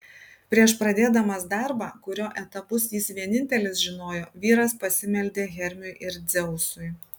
prieš pradėdamas darbą kurio etapus jis vienintelis žinojo vyras pasimeldė hermiui ir dzeusui